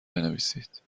بنویسید